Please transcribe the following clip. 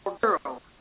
girl